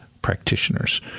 practitioners